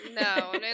No